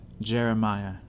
Jeremiah